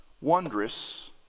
wondrous